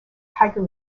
tiger